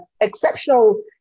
exceptional